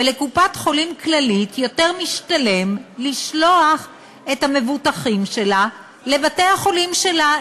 ולקופת-חולים כללית יותר משתלם לשלוח את המבוטחים שלה לבתי-החולים שלה,